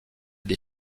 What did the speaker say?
des